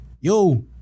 Yo